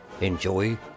Enjoy